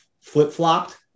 flip-flopped